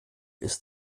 ist